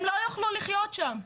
הם לא יוכלו לחיות שם.